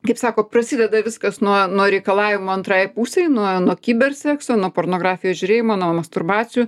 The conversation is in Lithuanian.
kaip sako prasideda viskas nuo nuo reikalavimo antrajai pusei nuo nuo kiber sekso nuo pornografijos žiūrėjimo nuo masturbacijų